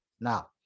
Now